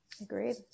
agreed